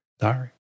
Sorry